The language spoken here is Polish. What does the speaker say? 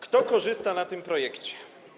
Kto korzysta na tym projekcie?